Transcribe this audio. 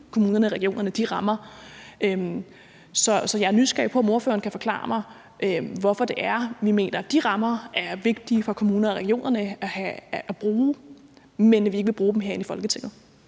kommunerne og regionerne de rammer. Så jeg er nysgerrig på, om ordføreren kan forklare mig, hvorfor det er, at man mener, at de rammer er vigtige for kommunerne og regionerne at have, men at man ikke vil bruge dem herinde i Folketinget.